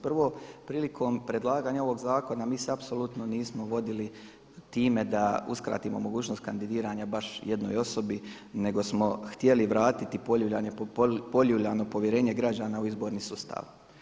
Prvo, prilikom predlaganja ovog zakona mi se apsolutno nismo vodili time da uskratimo mogućnost kandidiranja baš jednoj osobi nego smo htjeli vratiti poljuljano povjerenje građana u izborni sustav.